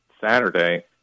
Saturday